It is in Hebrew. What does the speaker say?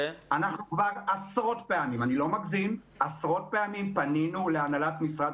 כבר עשרות פעמים אני לא מגזים פנינו להנהלת משרד